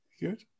good